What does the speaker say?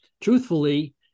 truthfully